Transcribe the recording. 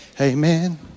Amen